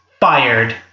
fired